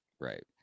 Right